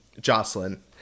Jocelyn